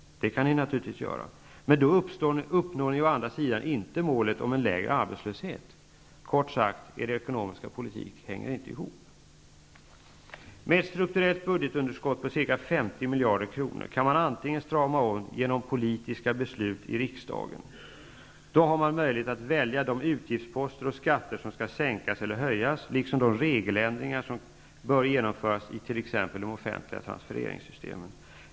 Det kan ni naturligtvis göra, men då uppnår ni å andra sidan inte målet om en lägre arbetslöshet. Kort sagt: Er ekonomiska politik hänger inte ihop. Med ett strukturellt budgetunderskott på ca 50 miljarder kronor kan man strama åt genom politiska beslut i riksdagen. Då har man möjlighet att välja de utgiftsposter och skatter som skall sänkas eller höjas, liksom de regeländringar som bör genomföras i t.ex. de offentliga transfereringssystemen.